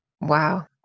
Wow